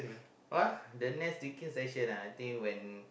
what the next drinking session ah I think when